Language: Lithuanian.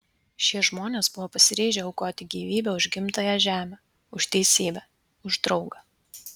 šie žmonės buvo pasiryžę aukoti gyvybę už gimtąją žemę už teisybę už draugą